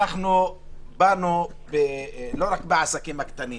היושב-ראש, חברתנו איילת דיברה על העסקים הקטנים